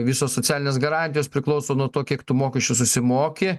visos socialinės garantijos priklauso nuo to kiek tu mokesčių susimoki